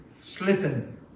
slipping